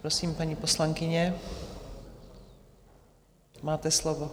Prosím, paní poslankyně, máte slovo.